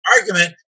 argument